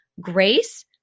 grace